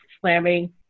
slamming